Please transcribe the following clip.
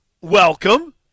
welcome